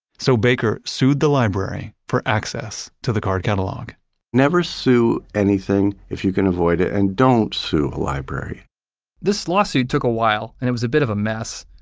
so baker sued the library for access to the card catalog never sue anything if you can avoid it, and don't sue a library this lawsuit took a while, and it was a bit of a mess,